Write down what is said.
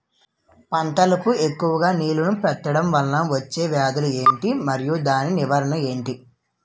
పంటలకు ఎక్కువుగా నీళ్లను పెట్టడం వలన వచ్చే వ్యాధులు ఏంటి? మరియు దాని నివారణ ఏంటి?